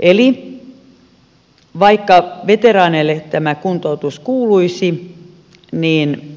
eli vaikka veteraaneille tämä kuntoutus kuuluisi niin